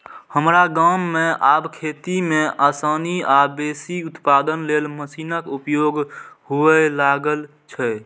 हमरा गाम मे आब खेती मे आसानी आ बेसी उत्पादन लेल मशीनक उपयोग हुअय लागल छै